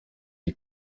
die